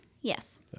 Yes